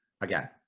Again